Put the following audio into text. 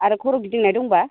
आरो खर' गिदिंनाय दंब्ला